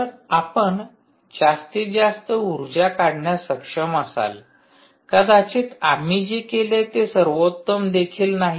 तर आपण जास्तीत जास्त उर्जा काढण्यास सक्षम असाल कदाचित आम्ही जे केले ते सर्वोत्तम देखील नाही